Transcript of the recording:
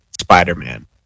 Spider-Man